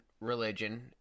religion